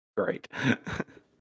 great